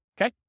okay